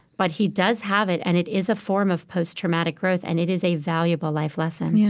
but he does have it, and it is a form of post-traumatic growth, and it is a valuable life lesson yeah